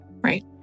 Right